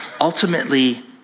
ultimately